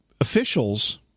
officials